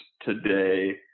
today